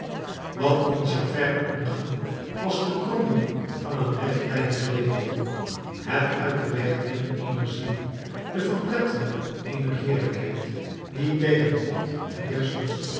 wat in javert omging was de kromming van een rechtlijnig geweten het uit den weg dringen eener ziel de verplettering eener eerlijkheid die tegen god